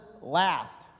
last